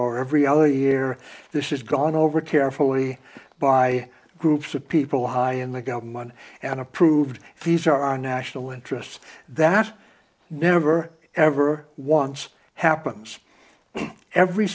every other year this is gone over carefully by groups of people high in the government and approved these are our national interests that never ever once happens every